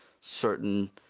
certain